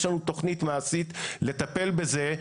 יש לנו תכנית מעשית לטפל בזה,